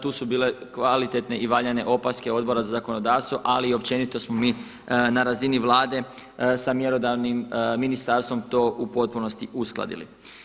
Tu su bile kvalitetne i valjane opaske Odbora za zakonodavstvo ali i općenito smo mi na razini Vlade sa mjerodavnim ministarstvom to u potpunosti uskladili.